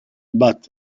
but